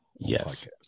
Yes